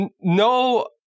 no